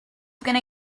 gonna